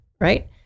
right